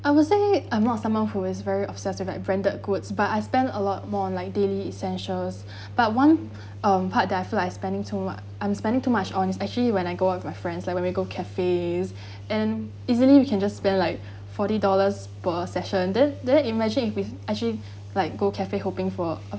I would say I'm not someone who is very obsessive in like branded goods but I spent a lot more like daily essentials but one um part that I feel like I'm spending too much I'm spending too much on it's actually when I go out with my friends like when we go cafes and easily you can just spend like forty dollars per session then then imagine if we actually like go cafe hopping for a